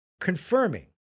confirming